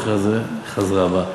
אחרי זה חזרה בה.